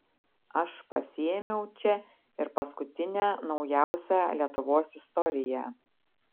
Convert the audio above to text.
aš pasiėmiau čia ir paskutinę naujausią lietuvos istoriją